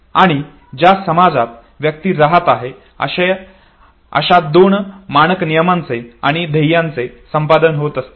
आणि ज्या समाजात व्यक्ती राहत आहे अशा दोन मानक नियमांचे आणि ध्येयांचे संपादन होत असते